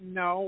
no